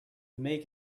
make